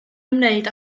ymwneud